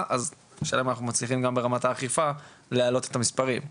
אז השאלה אם אנחנו מצליחים ברמת האכיפה לעלות את המספרים?